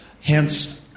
hence